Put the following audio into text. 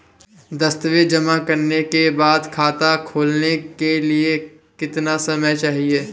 दस्तावेज़ जमा करने के बाद खाता खोलने के लिए कितना समय चाहिए?